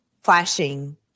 flashing